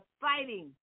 fighting